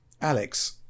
Alex